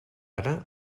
anna